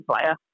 player